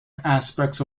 aspects